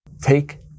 Take